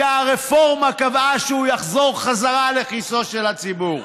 שהרפורמה קבעה שהוא יחזור חזרה לכיסו של הציבור?